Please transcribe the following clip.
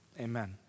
Amen